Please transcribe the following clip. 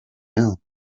now